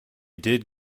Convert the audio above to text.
did